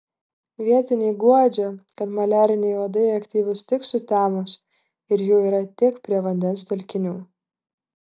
vietiniai guodžia kad maliariniai uodai aktyvūs tik sutemus ir jų yra tik prie vandens telkinių